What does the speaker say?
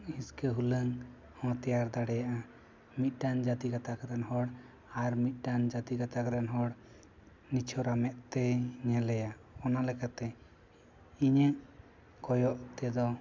ᱦᱤᱸᱥᱠᱟᱹ ᱦᱩᱞᱟᱹᱝ ᱦᱚᱸ ᱛᱮᱭᱟᱨ ᱫᱟᱲᱮᱭᱟᱜᱼᱟ ᱢᱤᱫᱴᱮᱱ ᱡᱟᱹᱛᱤ ᱜᱟᱛᱟᱠ ᱨᱮᱱ ᱦᱚᱲ ᱟᱨ ᱢᱤᱫᱴᱮᱱ ᱡᱟᱹᱛᱤ ᱜᱟᱛᱟᱠ ᱨᱮᱱ ᱦᱚᱲ ᱱᱤᱪᱷᱚᱨᱟ ᱢᱮᱫ ᱛᱮ ᱧᱮᱞᱮᱭᱟ ᱚᱱᱟ ᱞᱮᱠᱟᱛᱮ ᱤᱧᱟᱹᱜ ᱠᱚᱭᱚᱜ ᱛᱮᱫᱚ